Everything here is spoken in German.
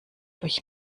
euch